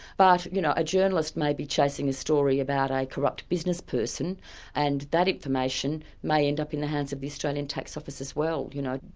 but you know a journalist may be chasing a story about a corrupt businessperson and that information may end up in the hands of the australian tax office as well, well, you know,